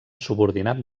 subordinat